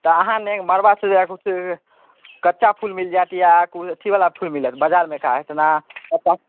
तऽ अहाँ नहि मड़बा सजाबैके किछु कच्चा फूल मिलि जाएत या किछु अथीवला फूल मिलत बाजार मका जेना